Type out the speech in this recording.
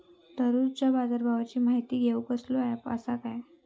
दररोजच्या बाजारभावाची माहिती घेऊक कसलो अँप आसा काय?